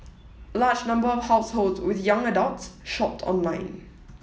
a large number of households with young adults shopped online